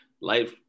life